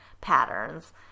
patterns